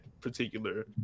particular